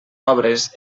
obres